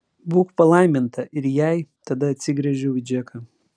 būk palaiminta ir jai tada atsigręžiau į džeką